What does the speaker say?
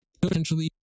potentially